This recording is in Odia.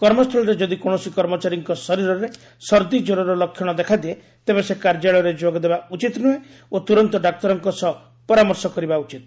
କର୍ମସ୍ଥଳୀରେ ଯଦି କୌଣସି କର୍ମଚାରୀଙ୍କ ଶରୀରରେ ଶର୍ଦ୍ଦି ଜ୍ୱରର ଲକ୍ଷଣ ଦେଖାଦିଏ ତେବେ ସେ କାର୍ଯ୍ୟାଳୟରେ ଯୋଗଦେବା ଉଚିତ ନୁହେଁ ଓ ତୁରନ୍ତ ଡାକ୍ତରଙ୍କ ସହ ପରାମର୍ଶ କରିବା ଉଚିତ